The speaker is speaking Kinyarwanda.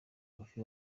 koffi